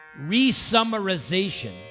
resummarization